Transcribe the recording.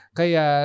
kaya